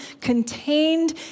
contained